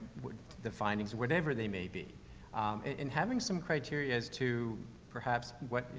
what the findings, whatever they may be. um, a and having some criteria as to perhaps what,